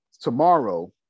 Tomorrow